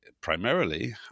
Primarily